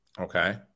okay